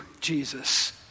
Jesus